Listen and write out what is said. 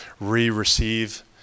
re-receive